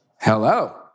Hello